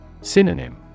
Synonym